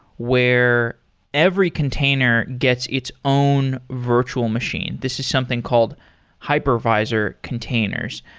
where every container gets its own virtual machine. this is something called hypervisor containers.